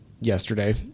yesterday